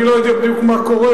אני לא יודע בדיוק מה קורה,